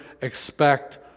expect